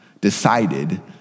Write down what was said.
decided